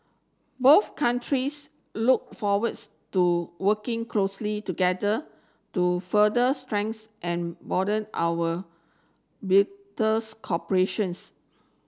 both countries look forwards to working closely together to further strength and broaden our cooperation's